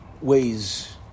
ways